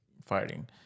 fighting